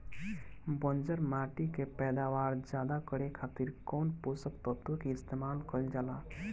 बंजर माटी के पैदावार ज्यादा करे खातिर कौन पोषक तत्व के इस्तेमाल कईल जाला?